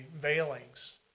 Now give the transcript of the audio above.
veilings